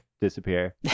disappear